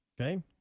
Okay